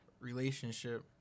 relationship